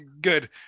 Good